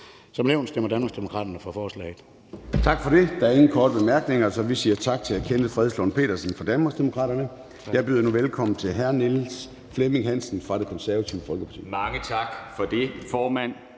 Som nævnt stemmer Danmarksdemokraterne for forslaget.